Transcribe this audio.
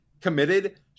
committed